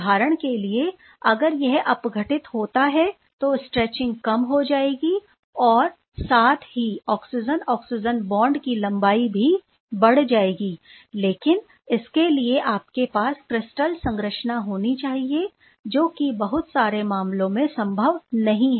उदाहरण के लिए अगर यह अपघटित होता है तो स्ट्रेचिंग कम हो जाएगी और साथ ही ऑक्सीजन ऑक्सीजन बॉन्ड की लंबाई भी बढ़ जाएगी लेकिन इसके लिए आपके पास क्रिस्टल संरचना होनी चाहिए जो कि बहुत सारे मामलों में संभव नहीं है